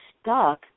stuck